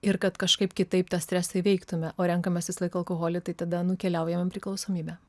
ir kad kažkaip kitaip tą stresą įveiktume o renkamės visą laiką alkoholį tai tada nukeliaujam į priklausomybę